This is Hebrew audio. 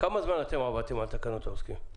כמה זמן עבדתם על תקנות העוסקים?